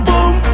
Boom